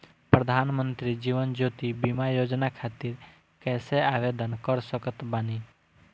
प्रधानमंत्री जीवन ज्योति बीमा योजना खातिर कैसे आवेदन कर सकत बानी?